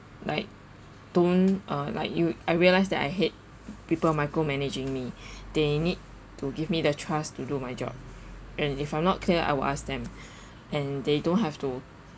like don't uh like you I realize that I hate people micro-managing me they need to give me the trust to do my job and if I'm not clear I will ask them and they don't have to